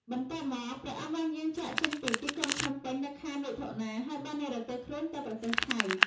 បន្ទាប់មក ព្រះអង្គបានយាងចាកចេញពីទីក្រុងភ្នំពេញនៅខែមិថុនា ហើយបាននិរទេសខ្លួនទៅប្រទេសថៃ។